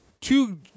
two